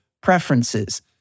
preferences